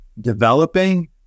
developing